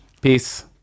Peace